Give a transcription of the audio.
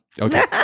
okay